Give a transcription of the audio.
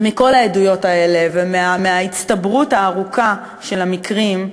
ומכל העדויות האלה, מההצטברות הארוכה של המקרים,